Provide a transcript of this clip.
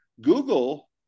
Google